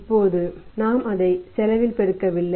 இப்போது நாம் அதை செலவில் பெருக்கவில்லை